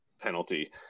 penalty